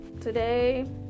today